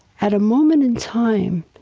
at a moment in time,